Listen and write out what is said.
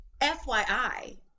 FYI